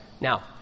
Now